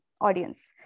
audience